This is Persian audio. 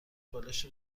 بالشتی